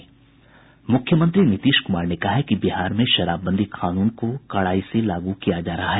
मुख्यमंत्री नीतीश कुमार ने कहा है कि बिहार में शराबबंदी कानून को कड़ाई से लागू किया जा रहा है